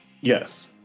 yes